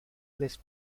les